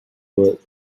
word